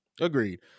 Agreed